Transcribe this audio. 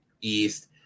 east